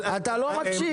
אתה לא מקשיב.